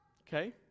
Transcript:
Okay